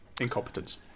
incompetence